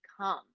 come